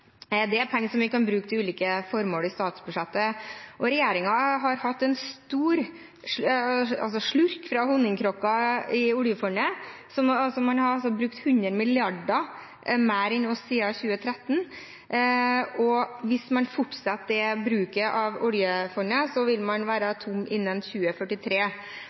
Det er penger som vi kan bruke til ulike formål i statsbudsjettet. Regjeringen har tatt en stor slurk av honningkrukken, oljefondet. Man har altså brukt 100 mrd. kr mer enn oss siden 2013, og hvis man fortsetter den bruken av oljefondet, vil det være tomt innen 2043.